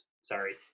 sorry